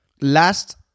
Last